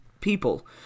people